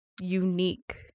unique